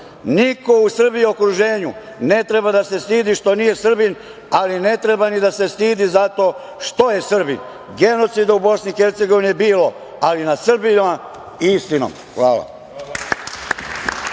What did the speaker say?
u Srbiji i okruženju ne treba da se stidi što nije Srbin, ali ne treba ni da se stidi zato što je Srbin. Genocida u Bosni i Hercegovini je bilo, ali nad Srbima i istinom. Hvala.